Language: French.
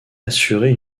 assurer